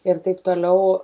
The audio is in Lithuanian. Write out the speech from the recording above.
ir taip toliau